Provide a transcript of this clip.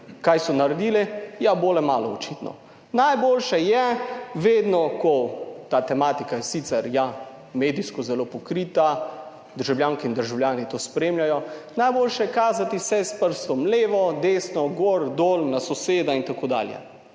Kaj so naredili? Ja, bole malo, očitno. Najboljše je vedno, ko ta tematika je sicer, ja, medijsko zelo pokrita, državljanke in državljani to spremljajo, najboljše je kazati se s prstom levo, desno, gor, dol na soseda, itd.